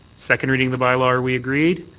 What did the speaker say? second reading of the bylaw, are we agreed?